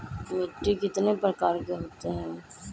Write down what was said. मिट्टी कितने प्रकार के होते हैं?